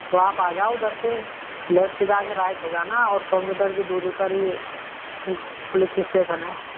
तो आप आ जाओ उधर से लेफ्ट जाके राइट हो जाना और सौ मीटर की दूरी पर ही पुलिस स्टेशन है